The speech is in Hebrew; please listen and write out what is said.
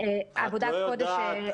הודיה.